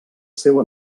seu